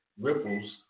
Ripples